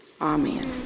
Amen